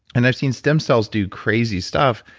and i've seen stem cells do crazy stuff,